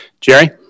Jerry